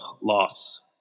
loss